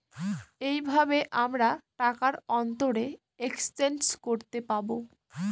এইভাবে আমরা টাকার অন্তরে এক্সচেঞ্জ করতে পাবো